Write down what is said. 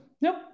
Nope